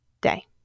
day